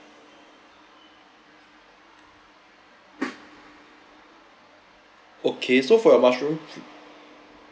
okay so for your mushroom soup